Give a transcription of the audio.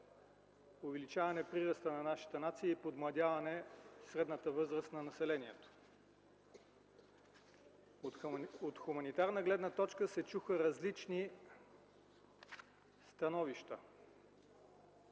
увеличаване прираста на нашата нация и подмладяване средната възраст на населението. От хуманитарна гледна точка се чуха различни становища.